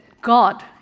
God